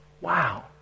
Wow